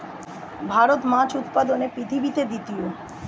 ভারত মাছ উৎপাদনে পৃথিবীতে তৃতীয়